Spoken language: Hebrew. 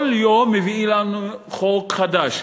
כל יום מביאים לנו חוק חדש,